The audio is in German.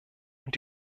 und